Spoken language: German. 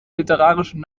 literarischen